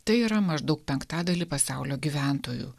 tai yra maždaug penktadalį pasaulio gyventojų